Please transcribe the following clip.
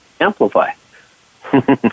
amplify